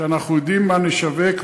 שאנחנו יודעים מה נשווק,